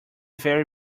very